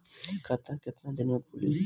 खाता कितना दिन में खुलि?